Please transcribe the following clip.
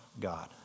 God